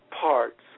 parts